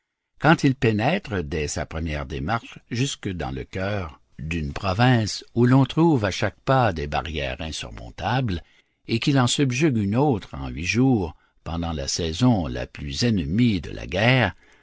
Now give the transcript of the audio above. quand il pénètre dès sa première démarche jusque dans le cœur d'une province où l'on trouve à chaque pas des barrières insurmontables et qu'il en subjugue une autre en huit jours pendant la saison la plus ennemie de la guerre